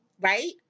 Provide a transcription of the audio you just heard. right